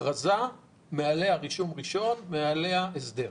הכרזה, מעלה רישום ראשון, מעליה הסדר.